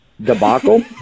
debacle